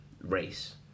race